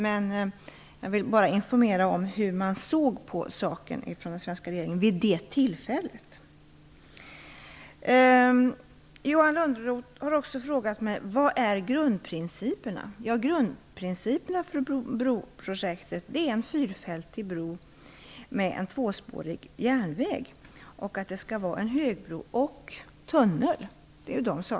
Men jag vill bara informera om hur den svenska regeringen såg på saken vid det tillfället. Johan Lönnroth har också frågat mig vilka grundprinciperna är. Grundprinciperna för broprojektet är att det skall vara en fyrfältig bro med en tvåspårig järnväg, en högbro och en tunnel.